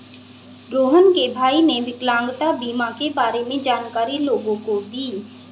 रोहण के भाई ने विकलांगता बीमा के बारे में जानकारी लोगों को दी